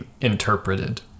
interpreted